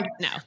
No